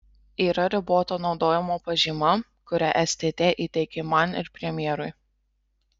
yra riboto naudojimo pažyma kurią stt įteikė man ir premjerui